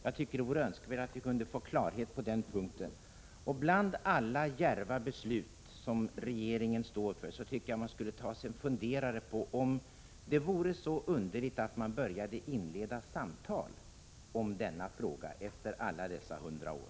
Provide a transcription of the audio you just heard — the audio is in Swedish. Jag tycker att det vore önskvärt att få klarhet på den punkten. Med tanke på alla djärva beslut som regeringen står för tycker jag att man borde ta sig en funderare över om det vore så underligt om vi började inleda samtal i denna fråga efter alla dessa år.